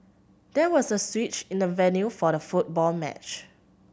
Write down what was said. there was a switch in the venue for the football match